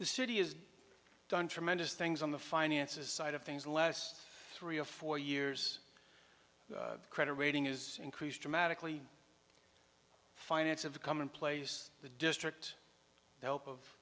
the city is done tremendous things on the finances side of things less three or four years credit rating is increased dramatically finance of the commonplace the district the hope of